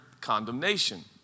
condemnation